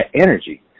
energy